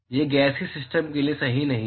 यह gaseous system के लिए सही नहीं है